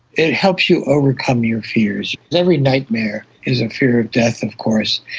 it helps you overcome your fears. every nightmare is a fear of death of course.